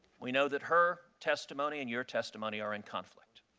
we know that her testimony and your testimony are in conflict.